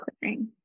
clearing